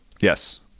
yes